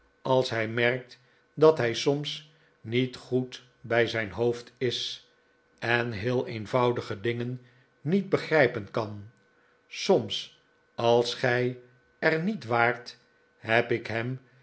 als hij merkt dat hij soms niet goed bij zijn hoofd is en heel eenvoudige dingen niet begrijpen kan soms als gij er niet bij waart heb ik hem